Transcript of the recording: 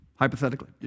hypothetically